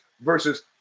versus